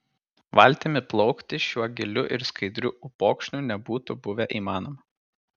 valtimi plaukti šiuo giliu ir skaidriu upokšniu nebūtų buvę įmanoma